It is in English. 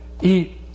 Eat